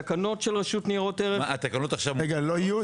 לא יהיו?